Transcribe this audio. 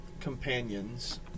companions